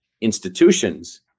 institutions